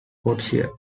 hertfordshire